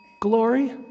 glory